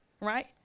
right